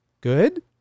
good